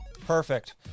Perfect